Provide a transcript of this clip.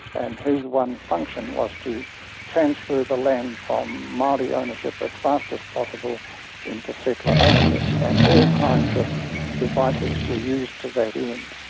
and his one function was to transfer the land from maori ownership as fast as possible into settler ownership, and all kinds of devices were used to that end.